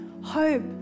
hope